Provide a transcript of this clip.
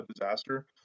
disaster